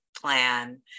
plan